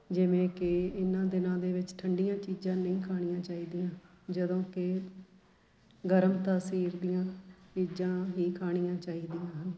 ਜਿਵੇਂ ਕਿ ਇਹਨਾਂ ਦਿਨਾਂ ਦੇ ਵਿੱਚ ਠੰਡੀਆਂ ਚੀਜ਼ਾਂ ਨਹੀਂ ਖਾਣੀਆਂ ਚਾਹੀਦੀਆਂ ਜਦੋਂ ਕਿ ਗਰਮ ਤਾਸੀਰ ਦੀਆਂ ਚੀਜਾਂ ਹੀ ਖਾਣੀਆਂ ਚਾਹੀਦੀਆਂ ਹਨ